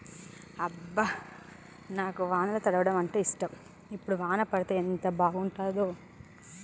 అబ్బ నాకు వానల తడవడం అంటేఇష్టం ఇప్పుడు వాన పడితే ఎంత బాగుంటాడో